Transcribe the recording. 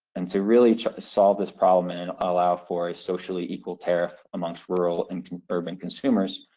and to really solve this problem and allow for a socially equal tariff amongst rural and urban consumers,